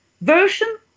version